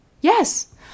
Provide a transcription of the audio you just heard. Yes